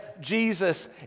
Jesus